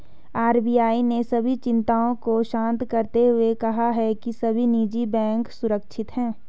RBI ने सभी चिंताओं को शांत करते हुए कहा है कि सभी निजी बैंक सुरक्षित हैं